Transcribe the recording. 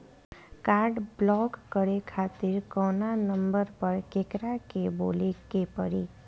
Card block करे खातिर कवना नंबर पर केकरा के बोले के परी?